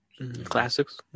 Classics